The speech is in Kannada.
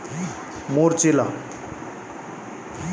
ಕಪ್ಪು ಮಣ್ಣಿನಲ್ಲಿ ಸಾರಜನಕ ಕಮ್ಮಿ ಇದ್ದರೆ ಎಷ್ಟು ಯೂರಿಯಾ ಹಾಕಬೇಕು?